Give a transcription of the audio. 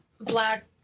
black